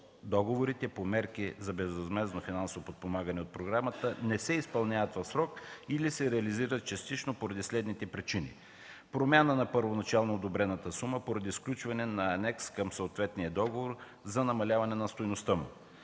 договорите по мерки за безвъзмездно финансово подпомагане от програмата не се изпълняват в срок или се реализират частично поради следните причини: 1. Промяна на първоначално одобрената сума поради сключване на анекс към съответния договор за намаляване на стойността му.